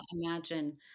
imagine